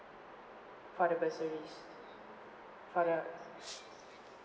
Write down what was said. for the bursaries for the